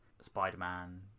Spider-Man